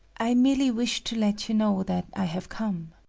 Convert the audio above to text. i merely wished to let you know that i have come.